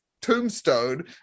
tombstone